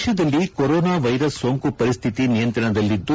ದೇಶದಲ್ಲಿ corona virus ಸೋಂಕು ಪರಿಸ್ಥಿತಿ ನಿಯಂತ್ರಣದಲ್ಲಿದ್ದು